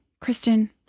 Kristen